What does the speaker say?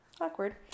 awkward